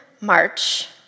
March